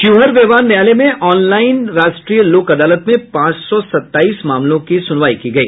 शिवहर व्यवहार न्यायालय में ऑनलाइन राष्ट्रीय लोक अदालत में पांच सौ सत्ताईस मामलों की सुनवाई की गई